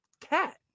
cat